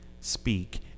speak